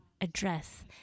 address